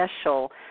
special